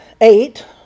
eight